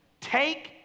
Take